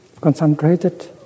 concentrated